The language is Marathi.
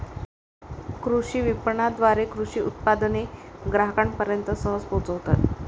कृषी विपणनाद्वारे कृषी उत्पादने ग्राहकांपर्यंत सहज पोहोचतात